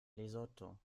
lesotho